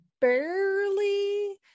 barely